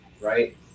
right